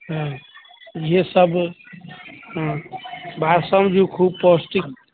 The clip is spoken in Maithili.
हँ जे सब हँ खूब पौष्टिक